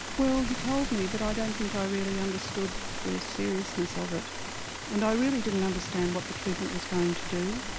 well he told me but i don't think i really understood the seriousness of it and i really didn't understand what the treatment was going to do.